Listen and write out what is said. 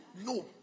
no